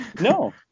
No